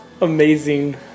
amazing